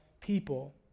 people